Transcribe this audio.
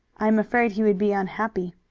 i am afraid he would be unhappy.